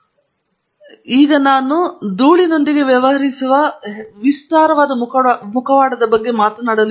ಈಗ ನಾನು ನಿಮಗೆ ತೋರಿಸುವೆಂದರೆ ಧೂಳಿನೊಂದಿಗೆ ವ್ಯವಹರಿಸುವ ಹೆಚ್ಚು ವಿಸ್ತಾರವಾದ ಮುಖವಾಡ